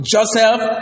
Joseph